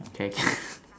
okay